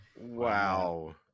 Wow